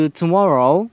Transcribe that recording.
tomorrow